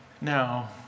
now